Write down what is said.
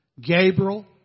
Gabriel